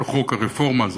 כל חוק הרפורמה הזה,